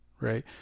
right